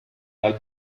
dal